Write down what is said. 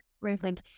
Right